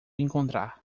encontrar